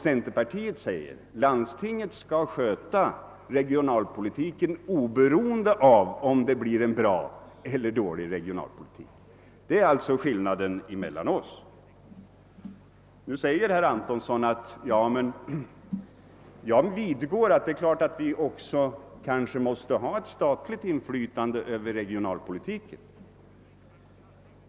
Centerpartiet säger: Landstinget skall sköta regionalpolitiken oberoende av om denna då blir bra eller dålig. Däri ligger skillnaden mellan oss. Nu säger herr Antonsson: Jag vidgår att vi kanske måste ha ett statligt inflytande över regionalpolitiken.